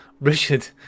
richard